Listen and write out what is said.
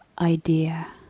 idea